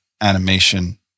animation